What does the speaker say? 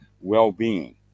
well-being